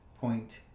Point